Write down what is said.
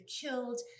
killed